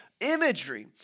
imagery